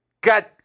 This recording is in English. God